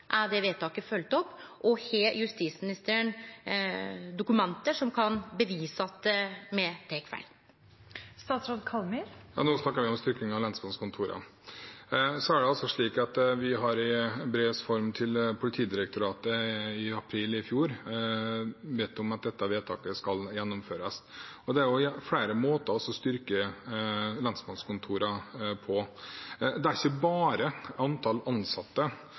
opp, og har justisministeren dokument som kan bevise at me tek feil? Nå snakker vi om styrking av lensmannskontorene. Vi har i brevs form til Politidirektoratet i april i fjor bedt om at dette vedtaket skal gjennomføres. Det er flere måter å styrke lensmannskontorene på. Det er ikke bare antall ansatte